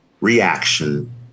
reaction